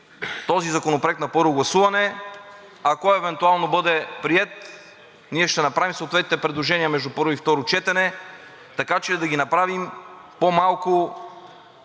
този законопроект на първо гласуване. Ако евентуално бъде приет, ще направим съответните предложения между първо и второ четене, така че да ги направим по-малко